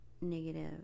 negative